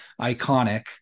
iconic